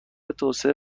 توسعه